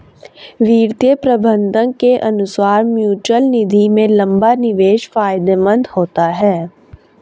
वित्तीय प्रबंधक के अनुसार म्यूचअल निधि में लंबा निवेश फायदेमंद होता है